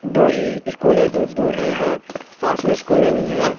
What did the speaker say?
दूरी स्कूलें दूर दूर है यहाँ पास में स्कूलें नहीं हैं और